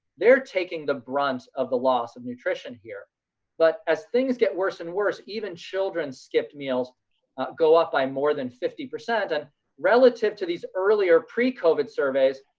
they're taking the brunt of the loss of nutrition here but as things get worse and worse, even children's skipped meals go up by more than fifty percent and relative to these earlier pre-covid surveys,